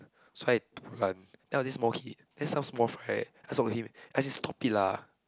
so I dulan then there was this small kid then some small fry right I just talk to him I say stop it lah